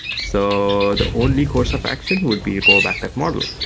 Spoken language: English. so the only course of action would be rollback that model.